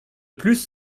plus